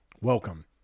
Welcome